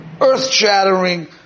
earth-shattering